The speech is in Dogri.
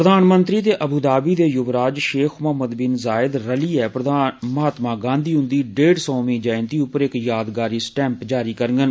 प्रधानमंत्री ते अबू धाबी दे य्वराज शेख म्हम्मद बिन ज़ायद रतीऐ महात्मा गांधी हन्दी डेढ़ सौ मीं जयंति र इक यादगारी स्टैम् जारी करगंन